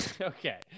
okay